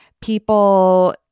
people